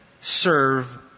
Serve